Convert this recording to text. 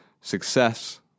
success